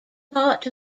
part